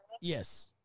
Yes